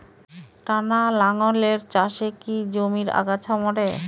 টানা লাঙ্গলের চাষে কি জমির আগাছা মরে?